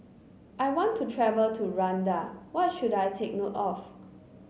I want to travel to Rwanda what should I take note of